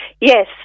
Yes